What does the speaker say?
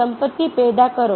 સંપત્તિ પેદા કરો